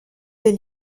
des